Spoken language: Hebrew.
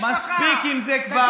מספיק עם זה כבר.